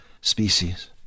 species